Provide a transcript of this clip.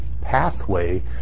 pathway